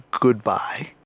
goodbye